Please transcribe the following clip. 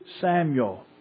Samuel